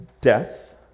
death